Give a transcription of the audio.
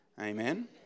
Amen